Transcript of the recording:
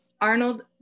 Arnold